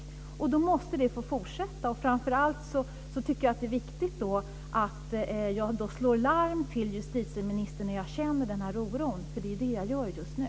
Detta arbete måste få fortsätta, men framför allt tycker jag att det är viktigt att slå larm hos justitieministern mot bakgrund av den oro som jag känner just nu.